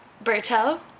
Bertel